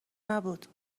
نبود